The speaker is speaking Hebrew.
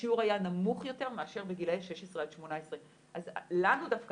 השיעור היה נמוך יותר מאשר בגילאי 16 עד 18. אז לנו דווקא